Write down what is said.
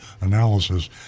analysis